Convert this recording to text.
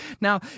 Now